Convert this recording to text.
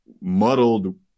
muddled